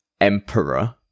emperor